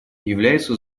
является